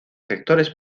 sectores